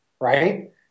right